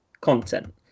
content